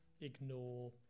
ignore